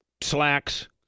slacks